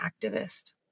activist